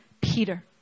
Peter